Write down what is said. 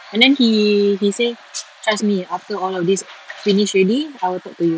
and then he he say trust me after all of these finish already I will talk to you